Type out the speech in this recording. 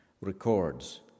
records